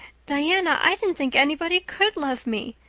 diana, i didn't think anybody could love me.